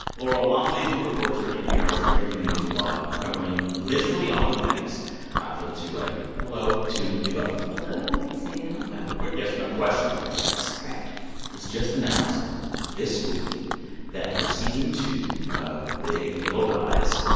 laurel wamsley, who reports for npr's breaking news blog, covering literally all the things for the two-way. hello to you both hello hey, sam i have a quick yes-or-no question for you guys all right it was just announced this week that for season two of big little lies,